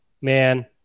man